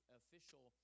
official